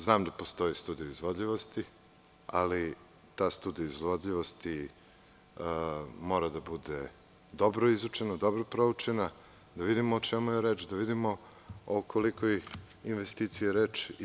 Znam da postoji studija izvodljivosti, ali ta studija izvodljivosti mora da bude dobro izučena, dobro proučena, da vidimo o čemu je reč, da vidimo o koliko je investiciji reč.